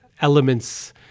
elements